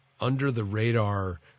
under-the-radar